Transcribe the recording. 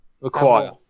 require